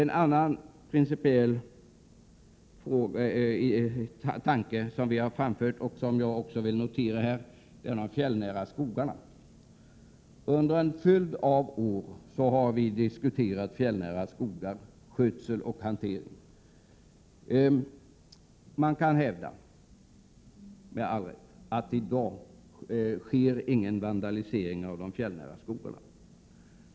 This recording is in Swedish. En annan principiell tanke som vi har framfört och som jag vill redovisa här gäller de fjällnära skogarna. De fjällnära skogarnas skötsel och hantering har diskuterats under en följd av år. Det kan med all rätt hävdas att det i dag inte sker någon vandalisering av de fjällnära skogarna.